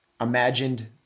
imagined